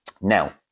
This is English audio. Now